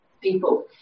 people